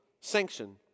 sanction